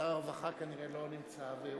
שר הרווחה לא נמצא בארץ.